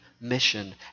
mission